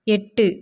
எட்டு